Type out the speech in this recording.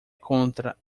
contra